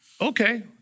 okay